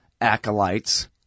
acolytes